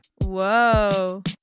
Whoa